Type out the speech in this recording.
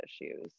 issues